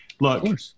Look